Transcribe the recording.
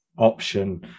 option